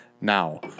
now